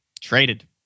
Traded